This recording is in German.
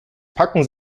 packen